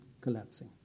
collapsing